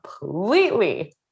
completely